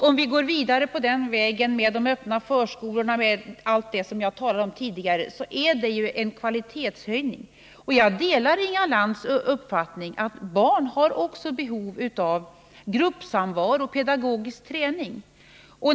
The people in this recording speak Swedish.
Om vi går vidare på den vägen, med de öppna förskolorna och allt det som jag har talat om tidigare, är det ju en kvalitetshöjning. Jag delar Inga Lantz uppfattning att barn också har behov av gruppsamvaro och pedagogisk träning.